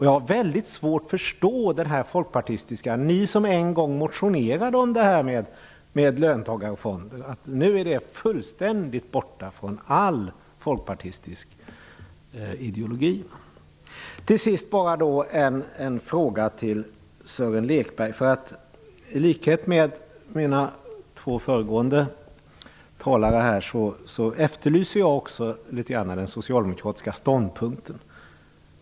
Jag har mycket svårt att förstå den folkpartistiska inställningen. Ni motionerade ju en gång i tiden om detta med löntagarfonder. Nu är det fullständigt borta från all folkpartistisk ideologi. Låt mig till sist ställa en fråga till Sören Lekberg. I likhet med de två föregående talarna efterlyser jag den socialdemokratiska ståndpunkten.